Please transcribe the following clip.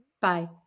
Bye